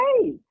hey